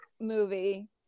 movie